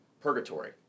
purgatory